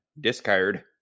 Discard